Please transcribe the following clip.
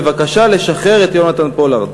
בבקשה לשחרר את יונתן פולארד.